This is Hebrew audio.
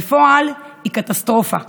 בפועל היא קטסטרופה: